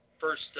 first